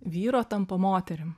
vyro tampa moterim